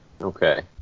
Okay